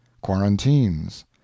quarantines